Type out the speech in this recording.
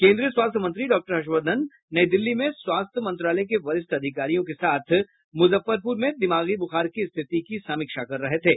केन्द्रीय स्वास्थ्य मंत्री डॉक्टर हर्षवर्धन नई दिल्ली में स्वास्थ्य मंत्रालय के वरिष्ठ अधिकारियों के साथ मुजफ्फरपुर में दिमागी बुखार की स्थिति की समीक्षा कर रहे थे